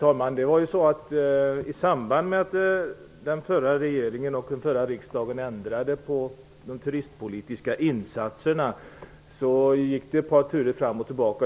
Herr talman! I samband med att den förra regeringen och riksdagen ändrade de turistpolitiska insatserna var det att antal turer fram och tillbaka.